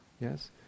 Yes